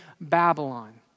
Babylon